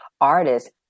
artists